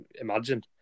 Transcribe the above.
imagine